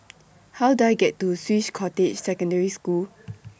How Do I get to Swiss Cottage Secondary School